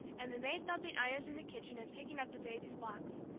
and the maid thumping irons in the kitchen, and picking up the baby's blocks.